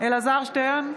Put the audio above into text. אלעזר שטרן,